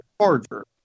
Charger